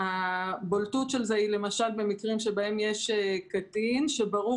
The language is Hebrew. הבולטות של זה היא למשל במקרים שבהם יש קטין שברור